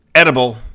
Edible